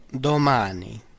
domani